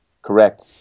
Correct